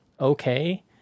okay